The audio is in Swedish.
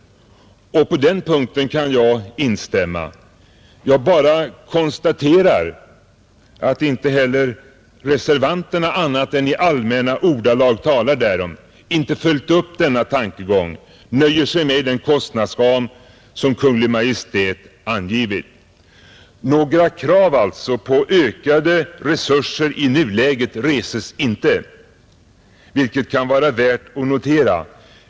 På den punkten kan jag instämma; jag konstaterar emellertid att reservanter na bara i allmänna ordalag talar därom och inte har följt upp denna tankegång — de nöjer sig med den kostnadsram som Kungl. Maj:t har angivit. Några krav på ökade resurser i nuläget reses alltså inte, vilket kan vara värt att notera.